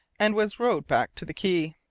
and was rowed back to the quay.